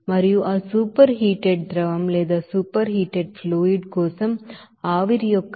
మరియు ఆ superheated ద్రవం కోసం ఆవిరి యొక్క ఎంథాల్పీ ఇది 180